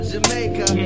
Jamaica